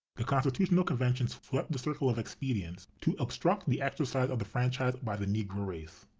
the constitutional convention swept the circle of expedients to obstruct the exercise of the franchise by the negro race.